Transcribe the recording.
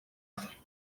أكثر